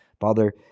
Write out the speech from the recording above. Father